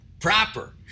proper